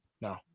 No